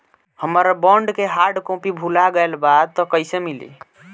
हमार बॉन्ड के hard copy भुला गएलबा त कैसे मिली?